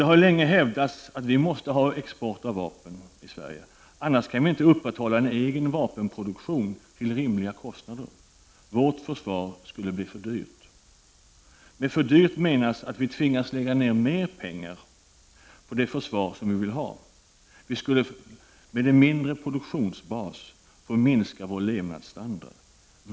Det har länge hävdats att Sverige måste ha export av vapen, annars kan vi inte upprätthålla en egen vapenproduktion till rimliga kostnader. Vårt försvar skulle bli för dyrt. Med ”för dyrt” menas att vi tvingas lägga ner mer pengar på det försvar som vi vill ha — med en mindre produktionsbas skulle vi tvingas minska vår levnadsstandard.